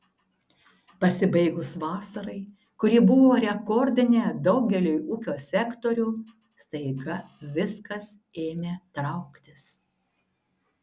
pasibaigus vasarai kuri buvo rekordinė daugeliui ūkio sektorių staiga viskas ėmė trauktis